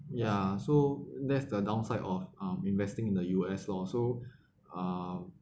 ya so that's the downside of uh investing in the U_S lor so uh